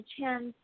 chance